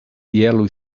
yellow